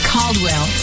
Caldwell